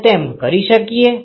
આપણે તેમ કરી શકીએ